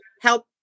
help